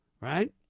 Right